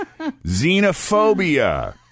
Xenophobia